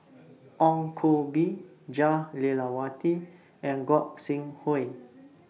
Ong Koh Bee Jah Lelawati and Gog Sing Hooi